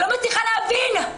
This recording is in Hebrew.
אני לא מצליחה להבין.